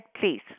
please